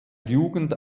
jugend